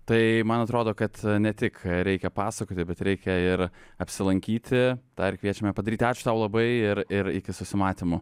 tai man atrodo kad ne tik reikia pasakoti bet reikia ir apsilankyti tą ir kviečiame padaryti ačiū tau labai ir ir iki susimatymo